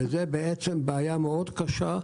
זוהי בעיה מאוד קשה,